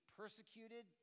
persecuted